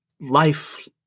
life